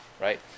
right